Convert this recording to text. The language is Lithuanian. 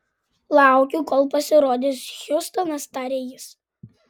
laukiu kol pasirodys hjustonas tarė jis